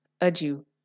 adieu